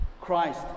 Christ